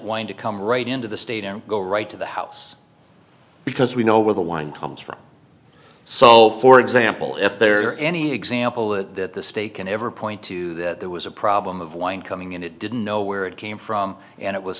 wine to come right into the state and go right to the house because we know where the wind comes from so for example if there are any example that the state can ever point to that there was a problem of wine coming in it didn't know where it came from and it was